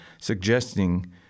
suggesting